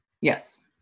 Yes